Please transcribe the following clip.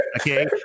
Okay